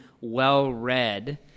well-read